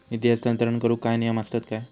निधी हस्तांतरण करूक काय नियम असतत काय?